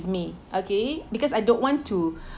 me okay because I don't want to